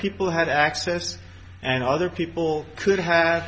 people had access and other people could have